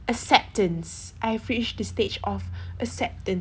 acceptance I've reached the stage of acceptance